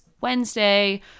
Wednesday